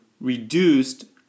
reduced